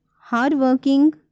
hard-working